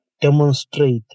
demonstrate